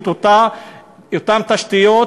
את אותן תשתיות,